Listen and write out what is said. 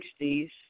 60s